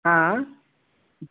हा